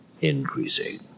increasing